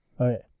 Okay